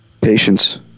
Patience